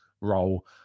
role